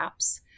apps